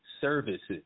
services